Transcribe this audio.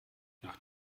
nach